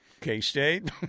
K-State